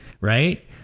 right